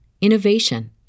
innovation